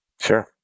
sure